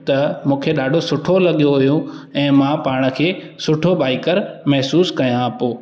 त मूंखे ॾाढो सुठो लॻियो हुयो ऐं मां पाण खे सुठो बाईकर महसूसु कयां पियो